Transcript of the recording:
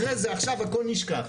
אחרי זה, עכשיו הכל נשכח.